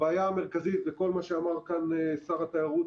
הבעיה המרכזית זה כל מה שאמר כאן שר התיירות,